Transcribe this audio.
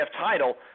title